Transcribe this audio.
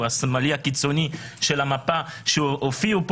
והעיקרון החשוב של שוויון בפני החוק.